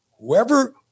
whoever